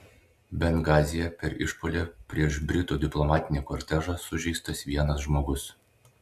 bengazyje per išpuolį prieš britų diplomatinį kortežą sužeistas vienas žmogus